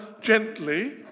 gently